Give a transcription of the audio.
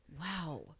Wow